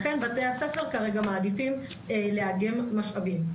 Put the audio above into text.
לכן, בתי הספר מעדיפים כרגע לאגם משאבים.